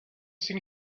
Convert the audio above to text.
seen